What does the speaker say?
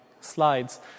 slides